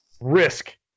risk